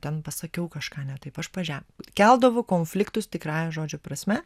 ten pasakiau kažką ne taip aš paže keldavau konfliktus tikrąja žodžio prasme